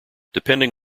depending